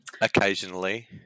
occasionally